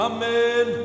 Amen